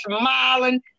smiling